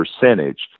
percentage